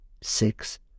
six